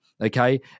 okay